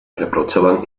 reprochaban